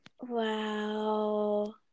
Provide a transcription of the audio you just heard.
Wow